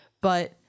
But-